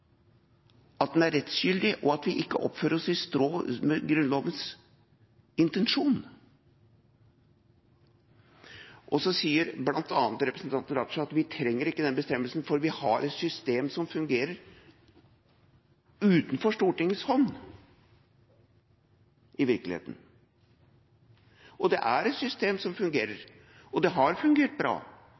at den er rettsgyldig, og at vi ikke oppfører oss i strid med Grunnlovens intensjon. Så sier bl.a. representanten Raja at vi trenger ikke den bestemmelsen, for vi har et system som fungerer utenfor Stortingets hånd, i virkeligheten. Det er et system som fungerer, og det har fungert bra,